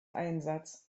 einsatz